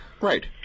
Right